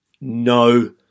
No